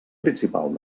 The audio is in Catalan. principal